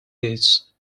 its